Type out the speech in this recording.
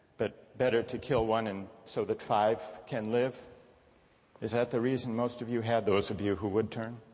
but better to kill one and so that five can live is that the reason most of you have, those of you who would turn,